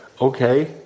okay